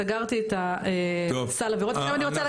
סגרתי את הסל עבירות ועכשיו אני רוצה